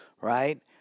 right